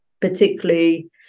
particularly